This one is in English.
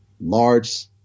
large